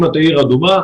אם אתה עיר אדומה,